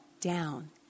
down